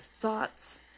thoughts